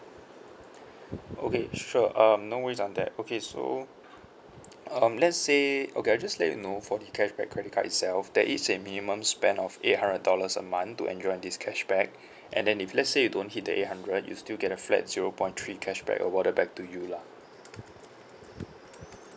okay sure um no worries on that okay so um let's say okay I just let you know for the cashback credit card itself there is a minimum spend of eight hundred dollars a month to enjoy this cashback and then if let's say you don't hit the eight hundred you still get a flat zero point three cashback awarded back to you lah